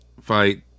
fight